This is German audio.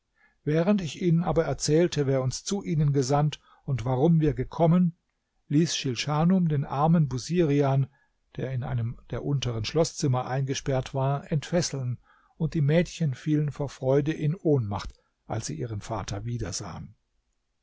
während ich ihnen aber erzählte wer uns zu ihnen gesandt und warum wir gekommen ließ schilschanum den armen busirian der in einem der unteren schloßzimmer eingesperrt war entfesseln und die mädchen fielen vor freude in ohnmacht als sie ihren vater